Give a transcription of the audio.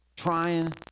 Trying